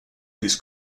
his